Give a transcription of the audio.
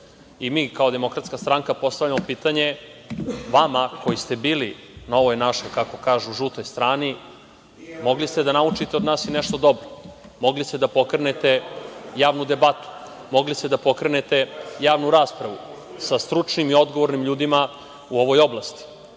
kao Demokratska Stranka postavljamo pitanje vama koji ste bili na ovoj našoj kako kažu „žutoj strani“, mogli ste da naučite od nas i nešto dobro. Mogli ste da pokrenete javnu debatu, mogli ste da pokrenete javnu raspravu sa stručnim i odgovornim ljudima u ovoj oblasti.Zašto